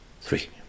three